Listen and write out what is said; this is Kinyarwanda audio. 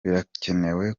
birakenewe